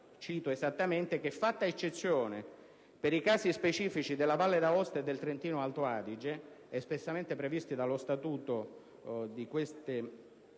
e questa convenne - che, fatta eccezione per i casi specifici della Valle d'Aosta e del Trentino-Alto Adige, espressamente previsti dallo Statuto di quelle